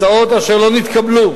הצעות אשר לא נתקבלו,